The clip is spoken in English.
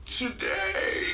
today